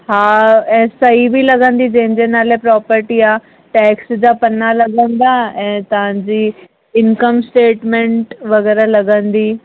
हा S I B लॻंदी जंहिंजे नाले प्रॉपटी आहे टैक्स जा पना लॻंदा ऐं तव्हांजी इनकम स्टेटमेंट वग़ैरह लॻंदी